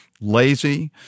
lazy